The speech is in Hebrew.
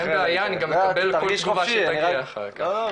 אתה תמשיך בשלך.